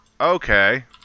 okay